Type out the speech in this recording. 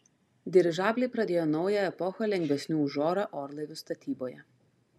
dirižabliai pradėjo naują epochą lengvesnių už orą orlaivių statyboje